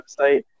website